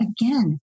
again